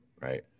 Right